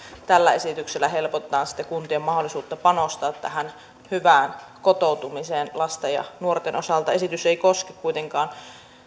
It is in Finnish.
tällä esityksellä helpotetaan sitten kuntien mahdollisuutta panostaa tähän hyvään kotoutumiseen lasten ja nuorten osalta esitys ei koske kuitenkaan